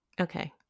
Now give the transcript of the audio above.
Okay